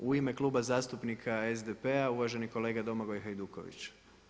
U ime Kluba zastupnika SDP-a uvaženi kolega Domagoj Hajduković.